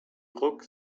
ruck